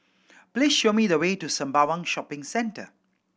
please show me the way to Sembawang Shopping Centre